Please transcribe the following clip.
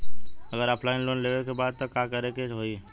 अगर offline loan लेवे के बा त का करे के होयी?